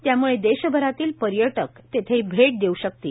त्यामुळं देशभरातील पर्यटक तेथे भेट देऊ शकतील